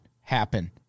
happen